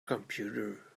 computer